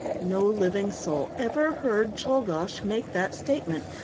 no living soul ever heard czolgosz make that statement,